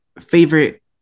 favorite